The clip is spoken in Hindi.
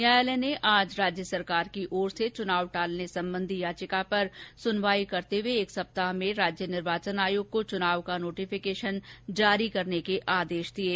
न्यायालय ने आज राज्य सरकार की ओर से चुनाव टालने संबंधी याचिका पर सुनवाई करते हुए एक सप्ताह में राज्य निर्वाचन आयोग को चुनाव का नोटिफिकेशन जारी करने के आदेश दिए हैं